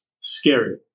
scary